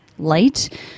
light